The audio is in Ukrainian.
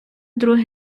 друге